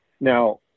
Now